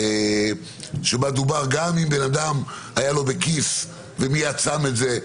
שגם אם לבן אדם היה בכיס ומיד שם את זה,